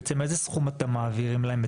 בעצם איזה סכום אתם מעבירים להם?